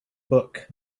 book